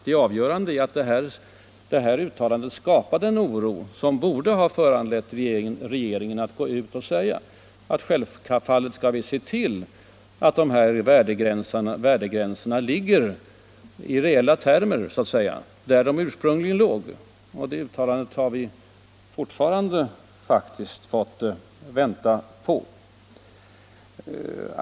Det avgörande är att herr Strängs uttalande skapade en oro som borde ha föranlett regeringen att gå ut och säga att självfallet skall vi se till att de här värdegränserna skall ligga, i reella termer så att säga, där de ursprungligen avsågs att ligga med tanke på skatteeffekten. Det uttalandet får vi tydligen fortfarande vänta på.